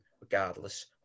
regardless